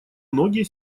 многие